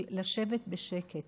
של לשבת בשקט